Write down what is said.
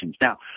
Now